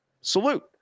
Salute